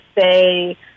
say